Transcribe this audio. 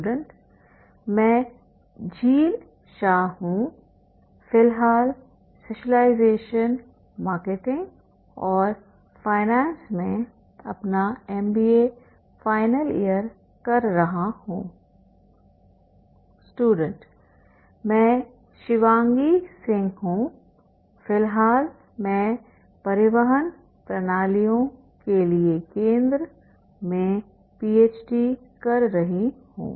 student मैं झेल शाह हूं फिलहाल स्पेशलाइजेशन मार्केटिंग और फाइनेंस में अपना एमबीए फाइनल ईयर कर रहा हूं स्टूडेंट मैं शिवांगी सिंह हूं फिलहाल में परिवहन प्रणालियों के लिए केंद्र में पीएचडी कर कर रही हूं